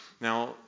Now